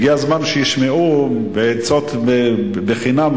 הגיע הזמן שישמעו עצות בחינם,